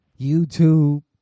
YouTube